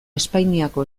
espainiako